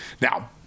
Now